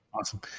awesome